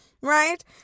right